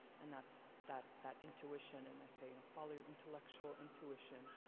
and that's that, that intuition and they say you know, follow your intellectual intuition.